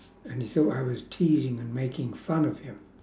and he thought I was teasing and making fun of him